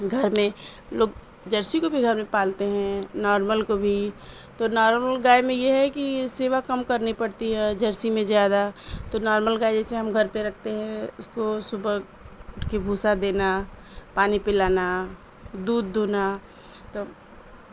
گھر میں لوگ جرسی کو بھی گھر میں پالتے ہیں نارمل کو بھی تو نارمل گائے میں یہ ہے کہ سیوا کم کرنی پڑتی ہے جرسی میں زیادہ تو نارمل گائے جیسے ہم گھر پہ رکھتے ہیں اس کو صبح اٹھ کے بھوسا دینا پانی پلانا دودھ دھونا تو